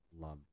love